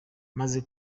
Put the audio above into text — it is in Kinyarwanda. maze